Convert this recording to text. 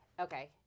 Okay